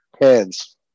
Hands